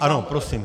Ano, prosím.